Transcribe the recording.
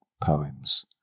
poems